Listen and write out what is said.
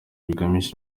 bibangamiye